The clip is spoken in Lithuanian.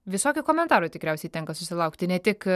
visokių komentarų tikriausiai tenka susilaukti ne tik